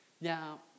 Now